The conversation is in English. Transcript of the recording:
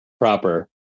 proper